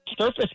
surface